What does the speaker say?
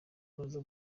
baza